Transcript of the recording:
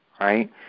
right